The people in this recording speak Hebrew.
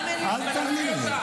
גם עלי.